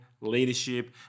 leadership